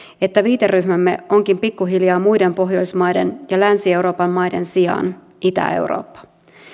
että viiteryhmämme onkin pikkuhiljaa muiden pohjoismaiden ja länsi euroopan maiden sijaan itä eurooppa